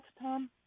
Tom